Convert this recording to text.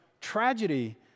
tragedy